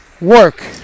Work